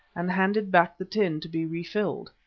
and handed back the tin to be refilled.